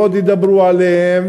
ועוד ידברו עליהם,